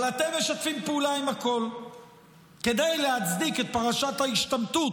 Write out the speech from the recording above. אבל אתם משתפים פעולה עם הכול כדי להצדיק את פרשת ההשתמטות